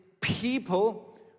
people